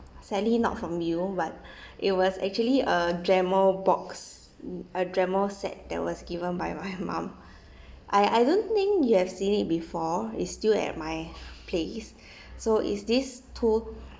sadly not from you but it was actually a dremel box a dremel set that was given by my mum I I don't think you have seen it before it's still at my place so it's this tool